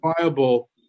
viable